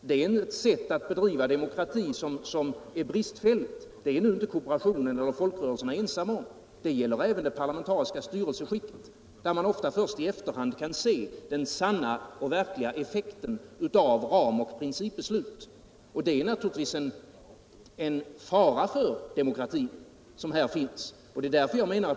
Det är ett sätt att bedriva demokrati som är bristfälligt. Det är inte kooperationen och folkrörelserna ensamma om =— det gäller även det parlamentariska styrelseskiktet, där ofta den sanna och verkliga effekten av ramoch principbeslut först i efterhand kan ses. Det är naturligtvis en fara för de mokratin som ligger i detta.